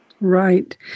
Right